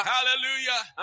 Hallelujah